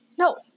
No